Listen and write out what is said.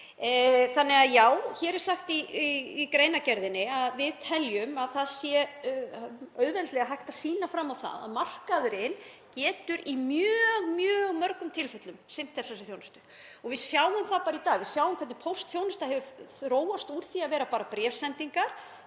á meðal. Já, hér er sagt í greinargerðinni að við teljum að það sé auðveldlega hægt að sýna fram á það að markaðurinn geti í mjög mörgum tilfellum sinnt þessari þjónustu og við sjáum það bara í dag, við sjáum hvernig póstþjónusta hefur þróast úr því að vera bara bréfsendingar